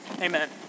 amen